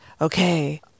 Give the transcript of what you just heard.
okay